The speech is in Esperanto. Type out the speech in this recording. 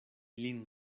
lin